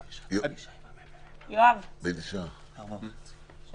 לישיבה הבאה.